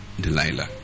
Delilah